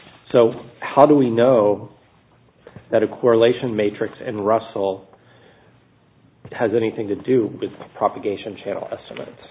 so how do we know that a correlation matrix and russell has anything to do with propagation channel